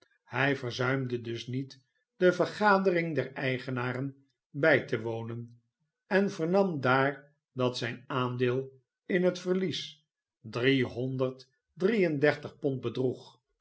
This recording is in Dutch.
hij verzuimde dus niet de vergadering der eigenaren bij te wonen en vernam daar dat zijn aandeel in het verlies